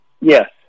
Yes